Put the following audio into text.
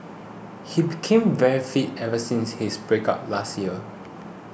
he became very fit ever since his breakup last year